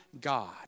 God